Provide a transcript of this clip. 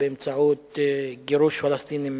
באמצעות גירוש פלסטינים מבתיהם,